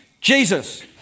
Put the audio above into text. Jesus